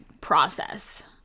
process